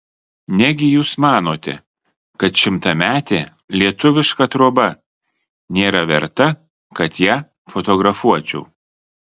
negi jūs manote kad šimtametė lietuviška troba nėra verta kad ją fotografuočiau